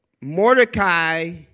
Mordecai